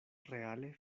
reale